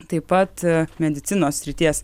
taip pat medicinos srities